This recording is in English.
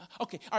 Okay